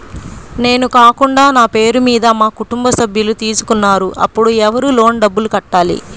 నేను కాకుండా నా పేరు మీద మా కుటుంబ సభ్యులు తీసుకున్నారు అప్పుడు ఎవరు లోన్ డబ్బులు కట్టాలి?